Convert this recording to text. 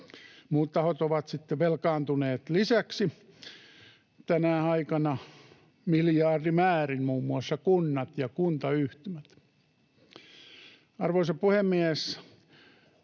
Muut tahot ovat sitten velkaantuneet lisäksi tänä aikana miljardimäärin, muun muassa kunnat ja kuntayhtymät. Arvoisa puhemies!